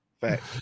fact